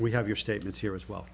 we have your statements here as well